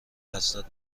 حسرت